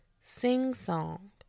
sing-song